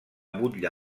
butlla